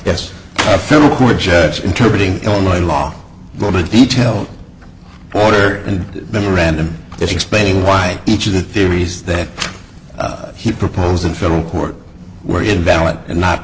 yes a federal court judge inter breeding illinois law not a detail order and memorandum explaining why each of the theories that he proposed in federal court were invalid and not